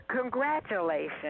congratulations